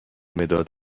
مداد